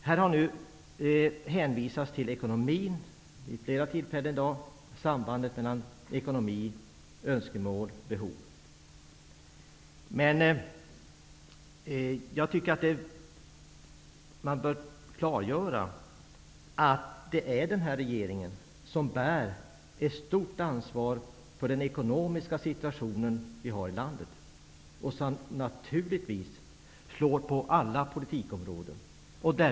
Här har vid flera tillfällen i dag hänvisats till sambandet mellan ekonomi, önskemål och behov. Men det bör göras klart att det är den nuvarande regeringen som bär ett stort ansvar för den ekonomiska situationen i landet och som naturligtvis slår på alla politikområden.